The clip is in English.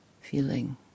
feeling